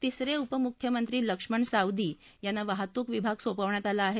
तिसरे उपमुख्यमंत्री लक्ष्मण सावदी यांना वाहतूक विभाग सोपवण्यात आला आहे